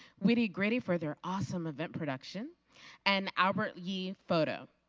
knitty gritty for their awesome event production and albert yee photo.